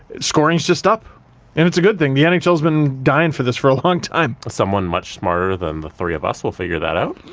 scoring is just up and it's a good thing. the and nhl has been dying for this for a long time. someone much smarter than three of us will figure that out.